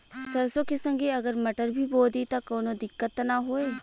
सरसो के संगे अगर मटर भी बो दी त कवनो दिक्कत त ना होय?